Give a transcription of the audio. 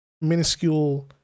minuscule